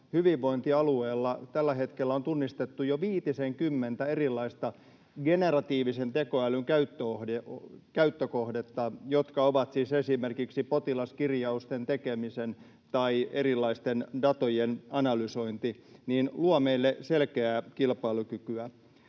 hyvinvointialueella tällä hetkellä on tunnistettu jo viitisenkymmentä erilaista generatiivisen tekoälyn käyttökohdetta, jotka ovat siis esimerkiksi potilaskirjausten tekemisen tai erilaisten datojen analysointi — luo meille selkeää kilpailukykyä.